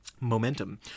momentum